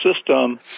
system